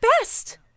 Best